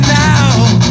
now